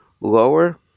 lower